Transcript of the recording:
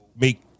make